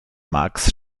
max